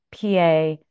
PA